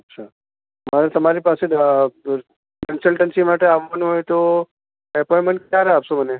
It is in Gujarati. અચ્છા મારે તમારી પાસે કન્સલ્ટન્સી માટે આવાનું હોય તો એપોઇન્મેન્ટ કયારે આપશો મને